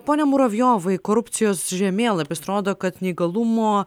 pone muravjovai korupcijos žemėlapis rodo kad neįgalumo